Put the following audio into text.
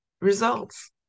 results